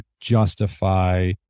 justify